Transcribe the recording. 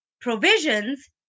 provisions